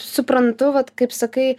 suprantu vat kaip sakai